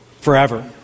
forever